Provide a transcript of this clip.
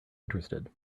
interested